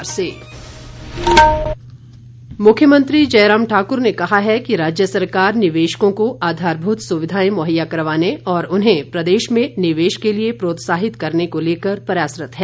मुख्यमंत्री मुख्यमंत्री जयराम ठाकुर ने कहा है कि राज्य सरकार निवेशकों को आधारभूत सुविधाएं मुहैया करवाने और उन्हें प्रदेश में निवेश के लिए प्रोत्साहित करने को लेकर प्रयासरत है